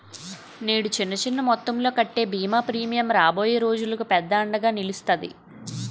నేడు చిన్న చిన్న మొత్తంలో కట్టే బీమా ప్రీమియం రాబోయే రోజులకు పెద్ద అండగా నిలుస్తాది